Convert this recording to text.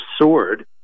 sword